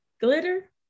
Glitter